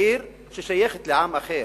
עיר, ששייכת לעם אחר,